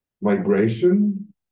migration